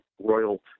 Royal